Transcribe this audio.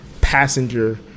passenger